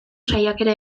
saiakera